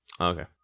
okay